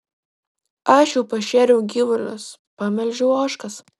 aš jau pašėriau gyvulius pamelžiau ožkas